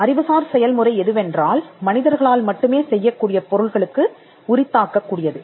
அறிவுசார் செயல்முறை எதுவென்றால் மனிதர்களால் மட்டுமே செய்யக்கூடிய பொருள்களுக்கு உரித் தாக்கக்கூடியது